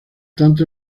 tanto